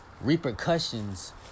repercussions